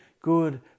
good